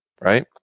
right